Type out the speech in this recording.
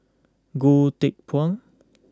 Goh Teck Phuan